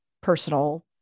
personal